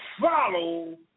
follow